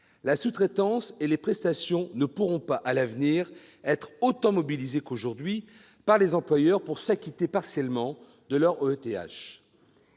La sous-traitance et les prestations ne pourront pas, à l'avenir, être autant mobilisées qu'aujourd'hui par les employeurs pour s'acquitter partiellement de leur OETH.